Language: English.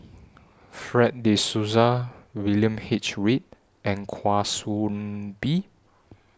Fred De Souza William H Read and Kwa Soon Bee